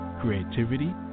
creativity